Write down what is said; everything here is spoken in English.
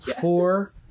four